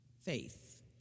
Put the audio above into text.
Faith